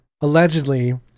allegedly